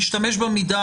לצורך העניין,